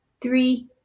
three